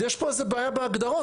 יש פה איזה בעיה בהגדרות,